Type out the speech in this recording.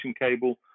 cable